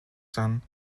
son